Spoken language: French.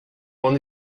m’en